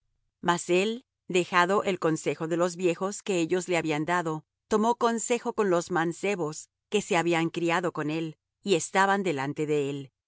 él dejado el consejo de los viejos que ellos le habían dado tomó consejo con los mancebos que se habían criado con él y estaban delante de él